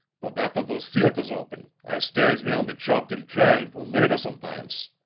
but after dose theaters open, i stays me on the chob till twelve, or later somedimes.